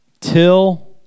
till